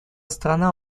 страна